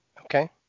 okay